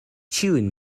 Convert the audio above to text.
ĉiujn